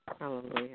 hallelujah